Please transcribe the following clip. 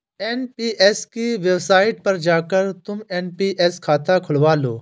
NPS की website पर जाकर तुम एन.पी.एस खाता खुलवा लो